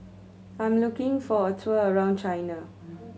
I'm looking for a tour around China